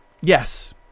Yes